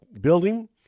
building